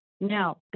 Now